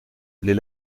les